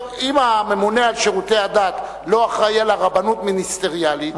אם הממונה על שירותי הדת לא אחראי לרבנות מיניסטריאלית,